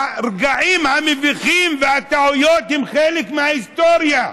הרגעים המביכים והטעויות הם חלק מההיסטוריה.